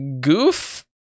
Goof